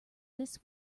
this